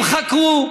חציית,